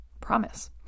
promise